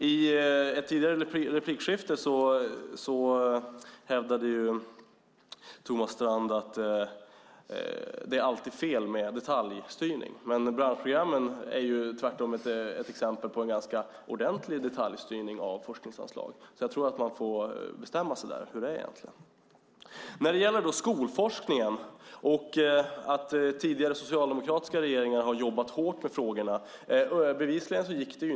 I ett tidigare replikskifte hävdade ju Thomas Strand att det alltid är fel med detaljstyrning. Men branschprogrammen är tvärtom ett exempel på en ganska ordentlig detaljstyrning av forskningsanslagen. Jag tror att man får bestämma sig för hur det är egentligen. När det gäller skolforskningen och att tidigare socialdemokratiska regeringar har jobbat hårt med frågorna kan jag säga att det bevisligen inte gick så bra.